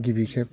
गिबि खेब